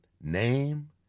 name